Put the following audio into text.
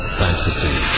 fantasy